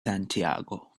santiago